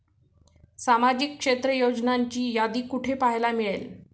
सामाजिक क्षेत्र योजनांची यादी कुठे पाहायला मिळेल?